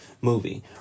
movie